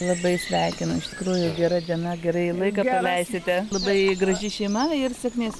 labai sveikinu iš tikrųjų gera diena gerai laiką praleisite labai graži šeima ir sėkmės